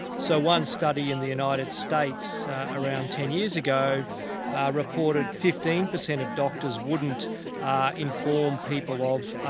so one study in the united states around ten years ago reported fifteen percent of doctors wouldn't inform people of